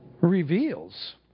reveals